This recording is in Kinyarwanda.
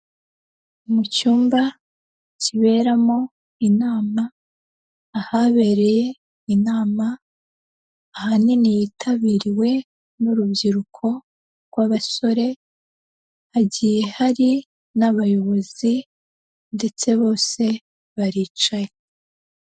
Mu cyumba kiberamo inama, ahabereye inama ahanini yitabiriwe n'urubyiruko rw'abasore, hagiye hari n'abayobozi ndetse bose baricaye.